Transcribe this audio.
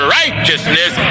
righteousness